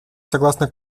согласно